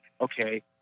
okay